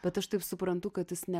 bet aš taip suprantu kad jis ne